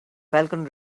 falcon